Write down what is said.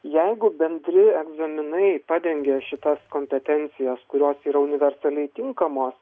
jeigu bendri egzaminai padengia šitas kompetencijas kurios yra universaliai tinkamos